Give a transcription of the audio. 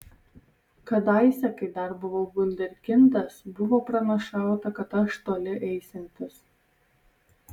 kadaise kai dar buvau vunderkindas buvo pranašauta kad aš toli eisiantis